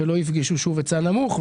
לא היצע נמוך.